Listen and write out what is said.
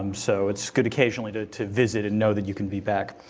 um so it's good occasionally to to visit and know that you can be back.